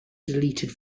deleted